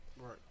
Right